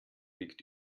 liegt